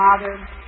Father